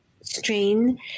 strain